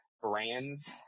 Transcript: brands